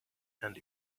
and